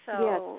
Yes